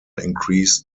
increased